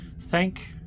thank